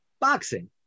boxing